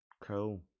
Cool